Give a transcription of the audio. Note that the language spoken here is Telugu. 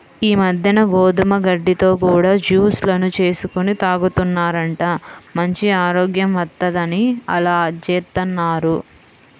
ఈ మద్దెన గోధుమ గడ్డితో కూడా జూస్ లను చేసుకొని తాగుతున్నారంట, మంచి ఆరోగ్యం వత్తందని అలా జేత్తన్నారు